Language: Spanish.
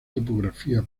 topografía